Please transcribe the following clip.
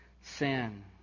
sin